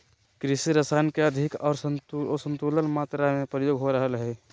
कृषि रसायन के अधिक आर असंतुलित मात्रा में प्रयोग हो रहल हइ